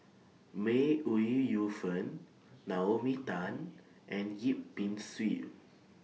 May Ooi Yu Fen Naomi Tan and Yip Pin Xiu